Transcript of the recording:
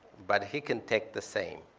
but he can take the same.